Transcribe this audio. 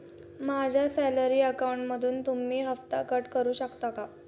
माझ्या सॅलरी अकाउंटमधून तुम्ही हफ्ता कट करू शकता का?